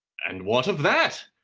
and what of that?